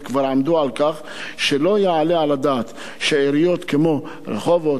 כבר עמדו על כך שלא יעלה על הדעת שעיריות כמו רחובות,